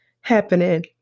happening